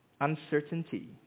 uncertainty